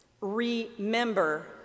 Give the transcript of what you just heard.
remember